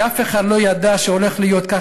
כי אף אחד לא ידע שהולך להיות כך.